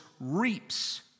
reaps